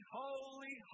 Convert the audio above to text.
holy